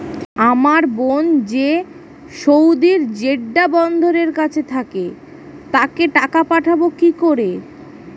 আমার বোন যে সৌদির জেড্ডা বন্দরের কাছে থাকে তাকে টাকা পাঠাবো কি করে?